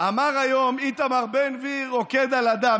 אמר היום: איתמר בן גביר רוקד על הדם.